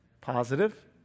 Positive